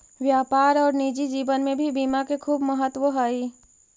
व्यापार और निजी जीवन में भी बीमा के खूब महत्व हई